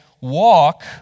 walk